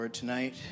tonight